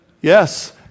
yes